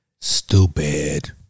Stupid